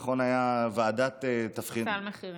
נכון, הייתה ועדת תבחינים ועדת מחירים.